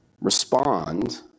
respond